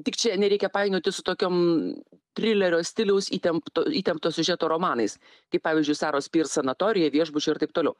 tik čia nereikia painioti su tokiom trilerio stiliaus įtempt įtempto siužeto romanais kaip pavyzdžiui saros pir sanatorija viešbučiai ir taip toliau